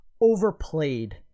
overplayed